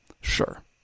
Sure